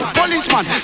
policeman